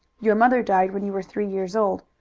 your mother died when you were three years old,